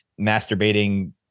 Masturbating